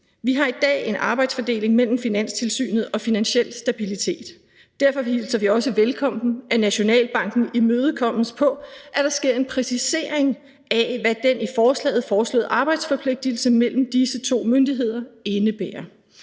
Vi har i dag en arbejdsfordeling mellem Finanstilsynet og Finansiel Stabilitet. Derfor hilser vi også velkommen, at Nationalbanken imødekommes på, at der sker en præcisering af, hvad den i forslaget foreslåede arbejdsforpligtelse mellem disse to myndigheder indebærer,